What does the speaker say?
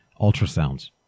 ultrasounds